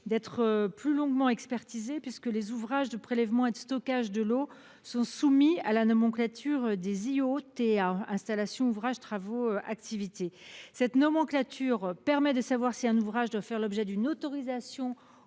d'être plus longuement expertisé, puisque les ouvrages de prélèvement et de stockage de l'eau sont soumis à la nomenclature des installations, ouvrages, travaux, activités (Iota). Cette nomenclature permet de savoir si un ouvrage doit faire l'objet d'une autorisation